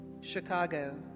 Chicago